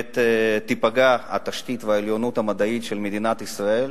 ייפגעו התשתית והעליונות המדעית של מדינת ישראל,